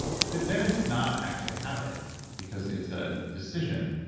but then it's not actually a habit because it's a decision